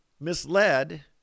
misled